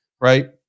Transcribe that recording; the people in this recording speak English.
right